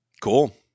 Cool